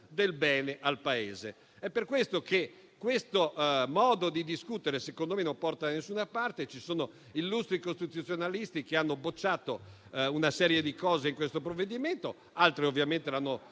del bene al Paese. È per questo che tale modo di discutere, secondo me, non porta da nessuna parte. Ci sono illustri costituzionalisti che hanno bocciato una serie di cose in questo provvedimento. Altri, ovviamente, l'hanno